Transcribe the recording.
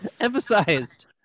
emphasized